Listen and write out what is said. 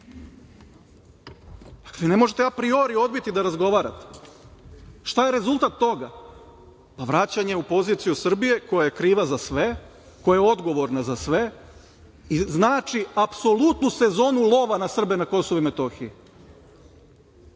Ne možete apriori odbiti da razgovarate. Šta je rezultat toga? Pa vraćanje u poziciju Srbije koja je kriva za sve, koja je odgovorna za sve i znači apsolutnu sezonu lova na Srbe na KiM.Dakle,